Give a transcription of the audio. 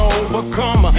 overcome